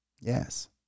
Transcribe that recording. Yes